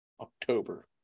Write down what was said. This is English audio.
October